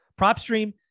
PropStream